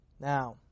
Now